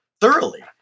thoroughly